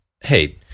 Hey